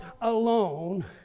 alone